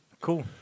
Cool